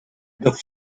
the